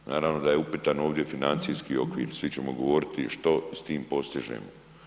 Naravno da je upitan ovdje financijski okvir, svi ćemo govoriti što s tim postižemo.